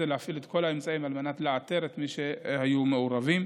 ולהפעיל את כל האמצעים על מנת לאתר את מי שהיו מעורבים.